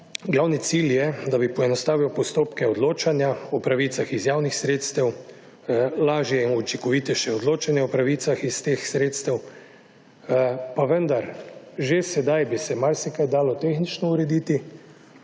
glavni cilj je, da bi poenostavil postopke odločanja o pravicah iz javnih sredstev, lažje in učinkovitejše odločanje o pravicah iz teh sredstev, pa vendar. Že sedaj bi se marsikaj dalo tehnično urediti.